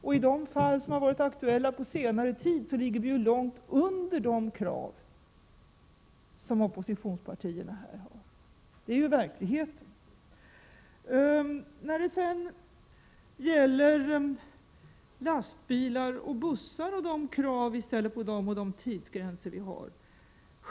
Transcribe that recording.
I de fall som har varit aktuella på senare tid ligger våra krav långt under de som oppositionspartierna här har talat för. Detta är verkligheten. När det sedan gäller lastbilar och bussar, de krav vi där ställer på avgasrening och de tidsgränser vi har ställt upp vill jag säga följande.